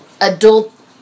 adult